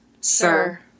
sir